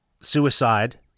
suicide